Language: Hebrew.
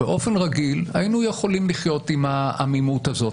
באופן רגיל היינו יכולים לחיות עם העמימות הזאת.